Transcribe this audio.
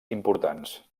importants